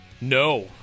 No